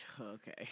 okay